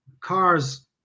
cars